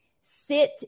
sit